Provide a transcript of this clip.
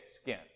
skin